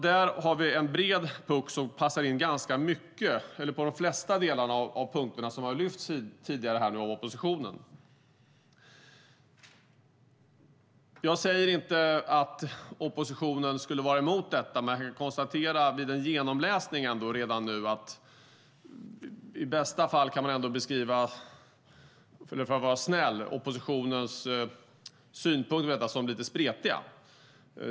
Där har vi en bred puck som passar in på de flesta av de punkter som tidigare har lyfts fram av oppositionen. Jag säger inte att oppositionen skulle vara emot detta. Men vid en genomläsning kan jag redan nu konstatera att man för att vara snäll kan beskriva oppositionens synpunkter på detta som lite spretiga.